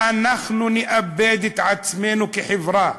אנחנו נאבד את עצמנו כחברה,